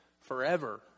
forever